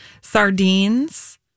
sardines